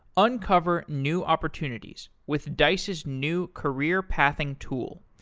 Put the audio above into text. uncover new opportunities with dice's new career-pathing tool,